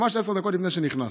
ממש עשר דקות לפני שנכנסתי.